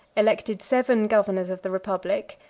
elected seven governors of the republic,